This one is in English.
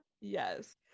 Yes